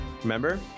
remember